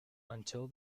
until